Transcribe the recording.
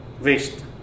waste